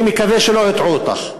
אני מקווה שלא הטעו אותך.